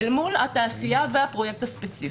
אל מול התעשייה והפרויקט הספציפי.